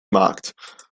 markt